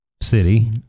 City